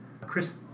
Chris